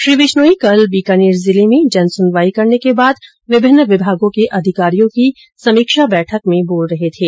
श्री विश्नोई कल बीकानेर जिले में जन सुनवाई करने के बाद विभिन्न विभागों के अधिकारियों की समीक्षा बैठक में बोल रहे थे